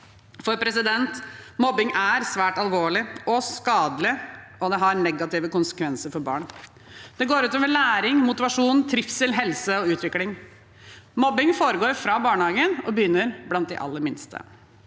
og skole er. Mobbing er svært alvorlig og skadelig, og det har negative konsekvenser for barn. Det går ut over læring, motivasjon, trivsel, helse og utvikling. Mobbing foregår fra barnehagen og begynner blant de aller minste.